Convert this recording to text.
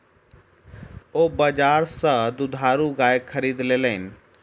ओ बजार सा दुधारू गाय खरीद लेलैन